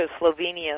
Slovenia